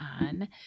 on